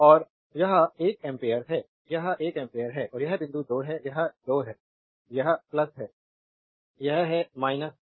slide time देखें 0031 और यह l एम्प है यह l एम्प है और यह बिंदु 2 है यह बिंदु 2 है यह है यह है